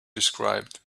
described